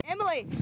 Emily